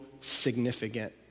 significant